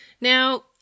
Now